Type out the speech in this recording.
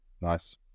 Nice